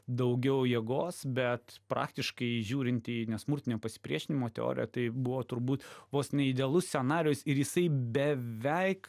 daugiau jėgos bet praktiškai žiūrinti į nesmurtinio pasipriešinimo teoriją tai buvo turbūt vos ne idealus scenarijus ir jisai beveik